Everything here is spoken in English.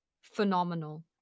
phenomenal